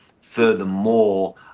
Furthermore